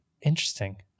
Interesting